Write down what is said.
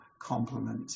compliment